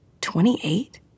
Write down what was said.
Twenty-eight